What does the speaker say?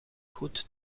goed